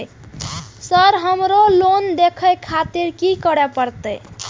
Sir हमरो loan देखें खातिर की करें परतें?